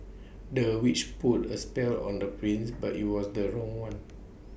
the witch put A spell on the prince but IT was the wrong one